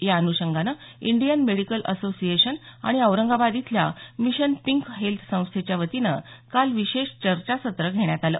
या अन्षंगानं Indian Medical Association आणि औरंगाबाद इथल्या मिशन पिंक हेल्थ संस्थेच्या वतीनं काल विशेष चर्चासत्र घेण्यात आलं